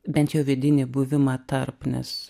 bent jau vidinį buvimą tarp nes